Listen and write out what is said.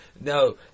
No